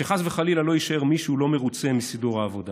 שחס וחלילה לא יישאר מישהו לא מרוצה מסידור העבודה